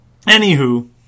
Anywho